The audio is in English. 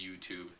YouTube